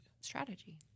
strategy